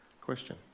Question